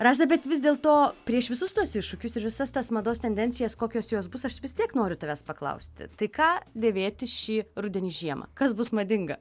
rasa bet vis dėlto prieš visus tuos iššūkius ir visas tas mados tendencijas kokios jos bus aš vis tiek noriu tavęs paklausti tai ką dėvėti šį rudenį žiemą kas bus madinga